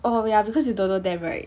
oh ya because you don't know them right